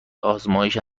آزمایش